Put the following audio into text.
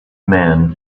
man